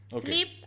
sleep